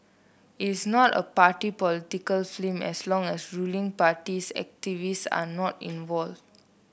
it is not a party political film as long as ruling parties activists are not involved